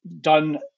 done